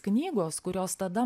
knygos kurios tada